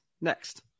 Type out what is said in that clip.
next